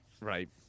right